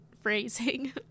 phrasing